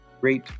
great